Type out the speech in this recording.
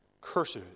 cursed